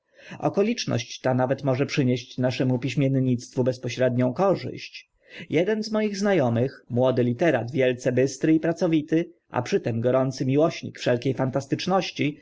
okoliczność ta nawet może przynieść naszemu piśmiennictwu bezpośrednią korzyść jeden z moich zna omych młody literat wielce bystry i pracowity a przy tym gorący miłośnik wszelkie fantastyczności